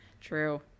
True